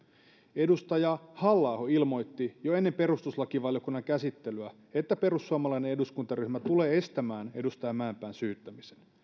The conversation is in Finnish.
edustaja halla aho ilmoitti jo ennen perustuslakivaliokunnan käsittelyä että perussuomalainen eduskuntaryhmä tulee estämään edustaja mäenpään syyttämisen